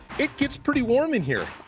it gets pretty warm in here.